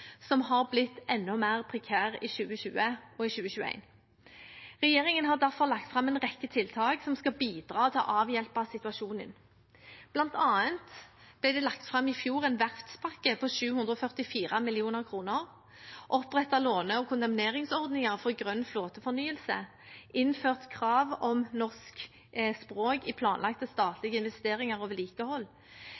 som har blitt enda mer prekær i 2020 og i 2021. Regjeringen har derfor lagt fram en rekke tiltak som skal bidra til å avhjelpe situasjonen. Blant annet ble det i fjor lagt fram en verftspakke på 744 mill. kr, opprettet låne- og kondemneringsordninger for grønn flåtefornyelse og innført krav om norsk språk i planlagte